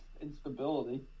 instability